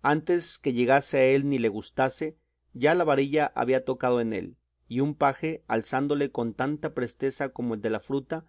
antes que llegase a él ni le gustase ya la varilla había tocado en él y un paje alzádole con tanta presteza como el de la fruta